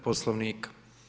Poslovnika.